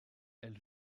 elle